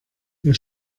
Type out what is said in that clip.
wir